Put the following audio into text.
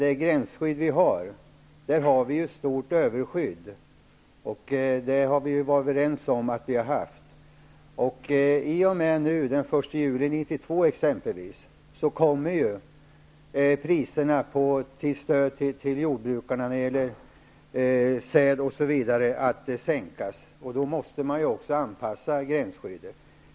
I gränsskydd vårt har vi ett stort överskydd -- det har vi varit överens om att vi har. Den 1 juli 1992 kommer priserna till jordbrukarna när det gäller säd osv. att sänkas, och då måste man ju också anpassa gränsskyddet.